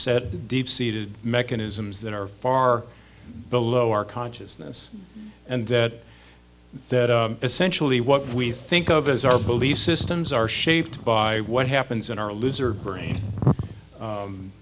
set deep seeded mechanisms that are far below our consciousness and that essentially what we think of as our belief systems are shaped by what happens in our lives